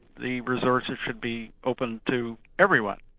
the resources should be open to everyone.